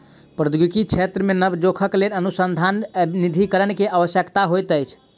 प्रौद्योगिकी क्षेत्र मे नब खोजक लेल अनुसन्धान निधिकरण के आवश्यकता होइत अछि